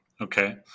Okay